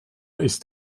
ist